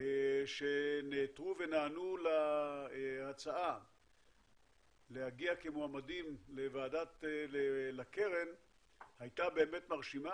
שנעתרו ונענו להצעה להגיע כמועמדים לקרן הייתה באמת מרשימה,